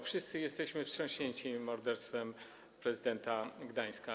Wszyscy jesteśmy wstrząśnięci morderstwem prezydenta Gdańska.